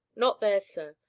not there, sir.